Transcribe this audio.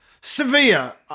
Sevilla